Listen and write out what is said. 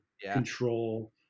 Control